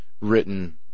written